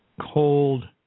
cold